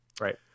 Right